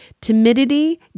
Timidity